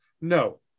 No